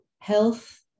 Health